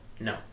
No